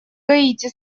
гаити